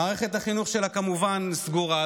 מערכת החינוך שלה כמובן סגורה,